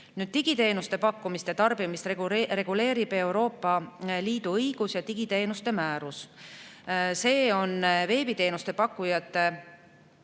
Digiteenuste pakkumist ja tarbimist reguleerib Euroopa Liidu õigus ja digiteenuste määrus. Veebiteenuste pakkujatel